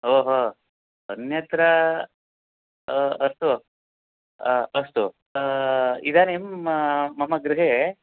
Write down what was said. ओ हो अन्यत्र अस्तु अ अस्तु इदानीं मम गृहे